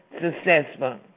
successful